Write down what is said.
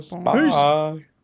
Bye